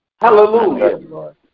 Hallelujah